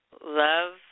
love